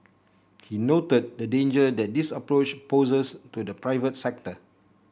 he noted the danger that this approach poses to the private sector